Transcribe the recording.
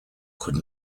could